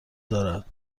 دارد